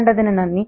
കണ്ടതിന് നന്ദി